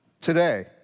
today